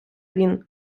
він